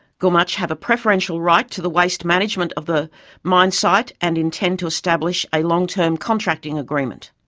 gumatj have a preferential right to the waste management of the mine site and intend to establish a long term contracting agreement.